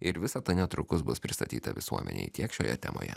ir visa ta netrukus bus pristatyta visuomenei tiek šioje temoje